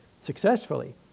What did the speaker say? successfully